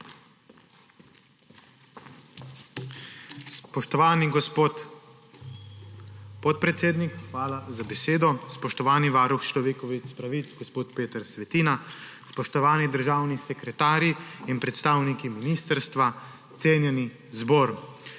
Spoštovani gospod podpredsednik, hvala za besedo. Spoštovani varuh človekovih pravic gospod Peter Svetina, spoštovani državni sekretarji in predstavniki ministrstva, cenjeni zbor!